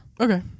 Okay